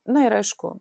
na ir aišku